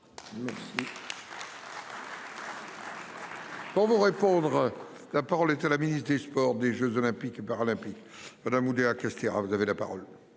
français. Pour vous répondre. La parole est à la ministre des sports, des Jeux olympiques et paralympiques Madame Oudéa-Castéra vous avez la parole.